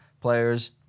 players